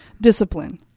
discipline